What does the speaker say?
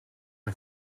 een